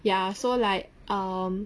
ya so like um